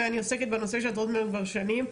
ואני עוסקת בנושא של הטרדות מיניות כבר שנים,